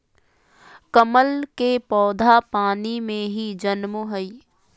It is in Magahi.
कमल के पौधा पानी में ही जन्मो हइ